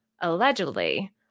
allegedly